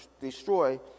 destroy